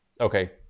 Okay